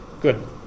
Good